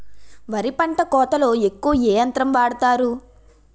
వరి పంట కోతలొ ఎక్కువ ఏ యంత్రం వాడతారు?